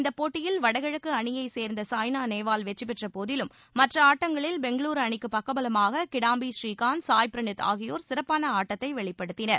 இந்தப் போட்டியில் வடகிழக்கு அணியைச் சேர்ந்த சாய்னா நேவால் வெற்றிபெற்ற போதிலும் மற்ற ஆட்டங்களில் பெங்களூரு அணிக்கு பக்கபலமாக கிடாம்பி ஸ்ரீகாந்த் சாய் ப்ரளீத் ஆகியோர் சிறப்பாள ஆட்டத்தை வெளிப்படுத்தினர்